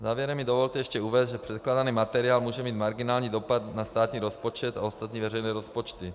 Závěrem mi dovolte ještě uvést, že předkládaný materiál může mít marginální dopad na státní rozpočet a ostatní veřejné rozpočty.